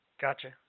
Gotcha